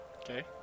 Okay